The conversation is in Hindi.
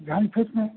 घन फिट में